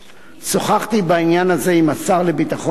שוחחתי בעניין הזה עם השר לביטחון פנים,